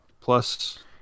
plus